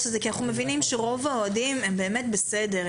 הזה ואנחנו מבינים שרוב האוהדים הם באמת בסדר,